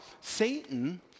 Satan